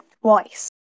twice